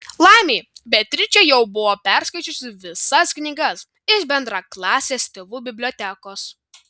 laimei beatričė jau buvo perskaičiusi visas knygas iš bendraklasės tėvų bibliotekos